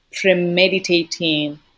premeditating